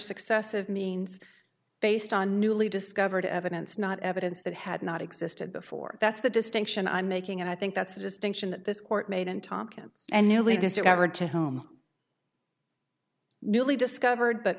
successive means based on newly discovered evidence not evidence that had not existed before that's the distinction i'm making and i think that's a distinction that this court made in tompkins and newly discovered to home newly discovered but